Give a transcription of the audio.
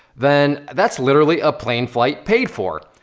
then that's literally a plane flight paid for.